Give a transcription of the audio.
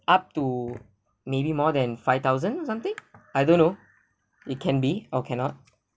up to maybe more than five thousand or something I don't know it can be or cannot